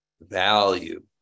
value